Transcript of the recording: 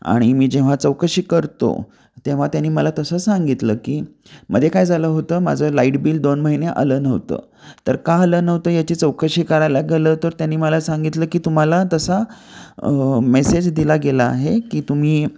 आणि मी जेव्हा चौकशी करतो तेव्हा त्यानी मला तसं सांगितलं की मध्ये काय झालं होतं माझं लाईट बिल दोन महिने आलं नव्हतं तर का आलं नव्हतं याची चौकशी करायला गेलं तर त्यानी मला सांगितलं की तुम्हाला तसा मेसेज दिला गेला आहे की तुम्ही